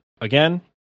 Again